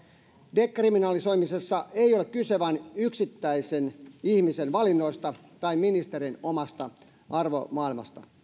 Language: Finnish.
dekriminalisoimisessa ei ole kyse vain yksittäisen ihmisen valinnoista tai ministerin omasta arvomaailmasta